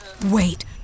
Wait